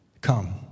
Come